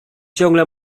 ciągle